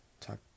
talk